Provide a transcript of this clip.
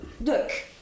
Look